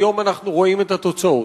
היום אנו רואים את התוצאות.